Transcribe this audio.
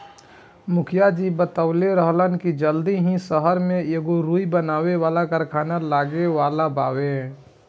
मुखिया जी बतवले रहलन की जल्दी ही सहर में एगो रुई बनावे वाला कारखाना लागे वाला बावे